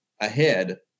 ahead